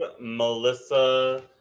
Melissa